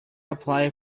apply